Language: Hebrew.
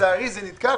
לצערי זה נתקע,